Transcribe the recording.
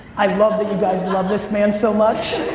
i love that you guys love this man so much.